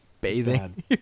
Bathing